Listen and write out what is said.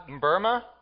Burma